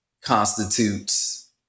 constitutes